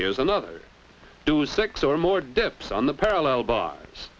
here's another do six or more dips on the parallel bars